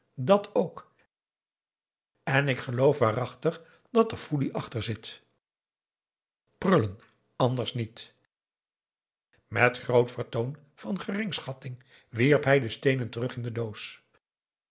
dat ook en ik geloof aum boe akar eel waarachtig dat er foelie achter zit prullen anders niet met groot vertoon van geringschatting wierp hij de steenen terug in de doos